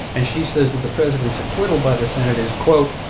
and she says that the president's acquittal by the senate is, quote,